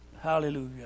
Hallelujah